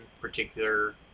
particular